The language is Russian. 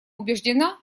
убеждена